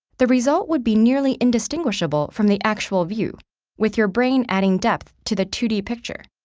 the result would be nearly indistinguishable from the actual view with your brain adding depth to the two d picture,